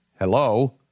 Hello